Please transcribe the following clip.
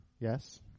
Yes